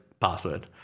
password